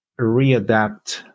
readapt